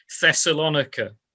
Thessalonica